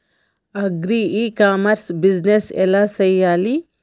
Agri e commerce business ఎలా చెయ్యాలి?